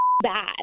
bad